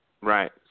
Right